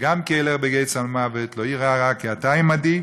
שגם כי אלך בגיא צלמוות לא אירא רע כי אתה עמדי,